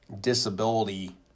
disability